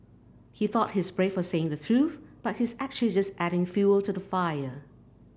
he thought he's brave for saying the truth but he's actually just adding fuel to the fire